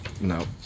No